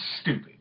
stupid